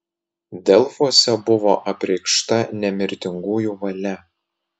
delfuose buvo apreikšta nemirtingųjų valia